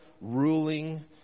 ruling